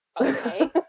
okay